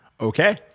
Okay